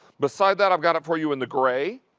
beside that i've got it for you in the gray.